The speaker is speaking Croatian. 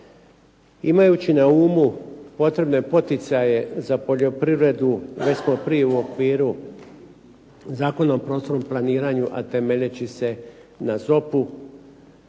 imajući na umu potrebne poticaje za poljoprivredu. Već smo prije u okviru Zakona o prostornom planiranju, a temeljeći se na ZOP-u